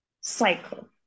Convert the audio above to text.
cycle